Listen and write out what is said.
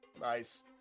Nice